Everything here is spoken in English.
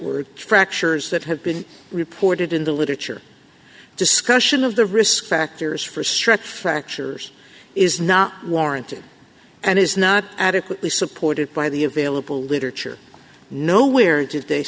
word fractures that have been reported in the literature discussion of the risk factors for stress fractures is not warranted and is not adequately supported by the available literature nowhere did they